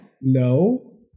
no